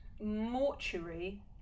mortuary